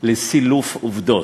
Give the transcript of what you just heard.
לסילוף עובדות.